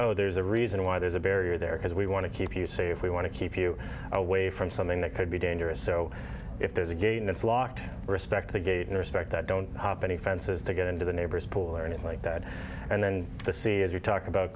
oh there's a reason why there's a barrier there because we want to keep you safe we want to keep you away from something that could be dangerous so if there's a gate and it's locked respect the gate and respect that don't hop any fences to get into the neighbor's pool or anything like that and then the see as you talk about